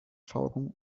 falcon